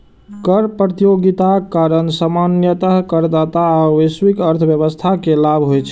कर प्रतियोगिताक कारण सामान्यतः करदाता आ वैश्विक अर्थव्यवस्था कें लाभ होइ छै